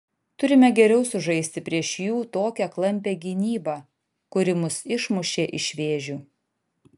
turime geriau sužaisti prieš jų tokią klampią gynybą kuri mus išmušė ir vėžių